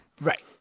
Right